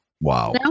Wow